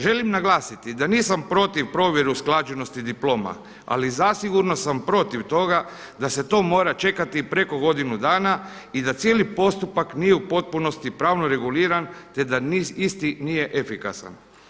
Želim naglasiti da nisam protiv provjere usklađenosti diploma ali zasigurno sam protiv toga da se to mora čekati preko godinu dana i da cijeli postupak nije u potpunosti pravno reguliran te da isti nije efikasan.